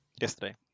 yesterday